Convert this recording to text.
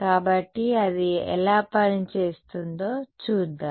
కాబట్టి అది ఎలా పని చేస్తుందో చూద్దాం